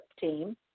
team